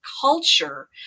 culture